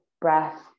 Breath